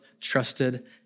trusted